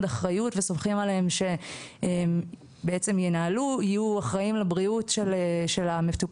אחריות וסומכים עליהם שיהיו אחראים לבריאות המטופלים,